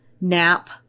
nap